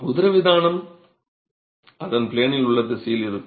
உதரவிதானம் அதன் ப்ளேனில் உள்ள திசையில் இருக்கும்